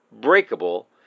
breakable